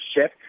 ship